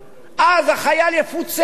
החייל יפוצה,